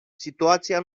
situația